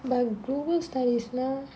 but global studies now